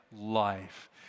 life